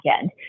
end